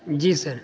جی سر